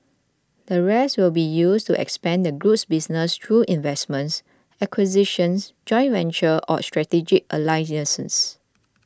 the rest will be used to expand the group's business through investments acquisitions joint ventures or strategic alliances